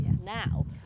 now